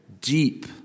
deep